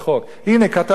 הנה, כתבה כזאת.